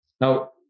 Now